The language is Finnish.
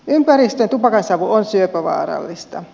ympäristön tupakansavu on syöpävaarallista